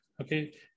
Okay